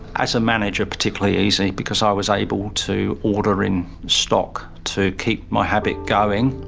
as a manager particularly easy because i was able to order in stock to keep my habit going.